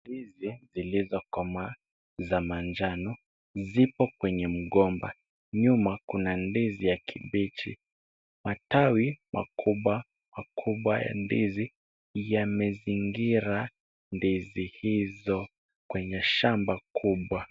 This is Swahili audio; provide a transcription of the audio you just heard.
Ndizi zilizokomaa za manjano zipo kwenye mgomba. Nyuma kuna ndizi ya kibichi, matawi makubwa makubwa ya ndizi yamezingira ndizi hizo kwenye shamba kubwa.